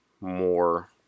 more